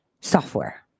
Software